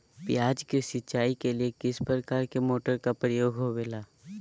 प्याज के सिंचाई के लिए किस प्रकार के मोटर का प्रयोग होवेला?